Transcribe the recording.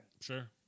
Sure